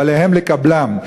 ועליהם לקבלם,